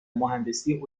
مهندسی